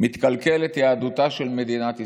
מתקלקלת יהדותה של מדינת ישראל.